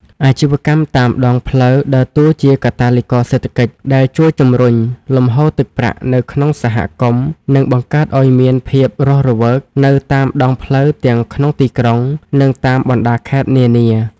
អាជីវកម្មតាមដងផ្លូវដើរតួជាកាតាលីករសេដ្ឋកិច្ចដែលជួយជម្រុញលំហូរទឹកប្រាក់នៅក្នុងសហគមន៍ និងបង្កើតឱ្យមានភាពរស់រវើកនៅតាមដងផ្លូវទាំងក្នុងទីក្រុង និងតាមបណ្ដាខេត្តនានា។